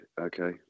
okay